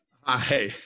Hi